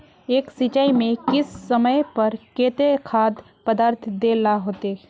एक सिंचाई में किस समय पर केते खाद पदार्थ दे ला होते?